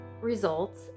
results